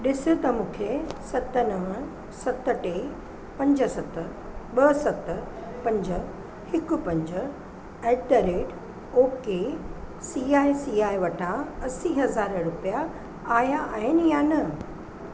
ॾिस त मूंखे सत नव सत टे पंज सत ॿ सत पंज हिकु पंज at the rate okay C I C I वटां असी हज़ार रुपिया आया आहिनि या न